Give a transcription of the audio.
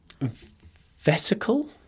vesicle